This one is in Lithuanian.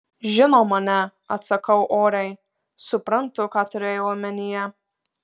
žinoma ne atsakau oriai suprantu ką turėjai omenyje